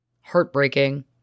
heartbreaking